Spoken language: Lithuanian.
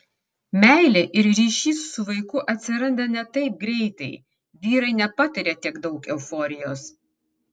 meilė ir ryšys su vaiku atsiranda ne taip greitai vyrai nepatiria tiek daug euforijos